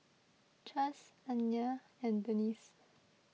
Chas Anaya and Denise